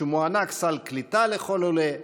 שמוענק סל קליטה לכל עולה,